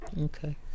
Okay